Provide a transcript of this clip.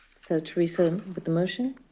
so teresa with the motion.